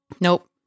Nope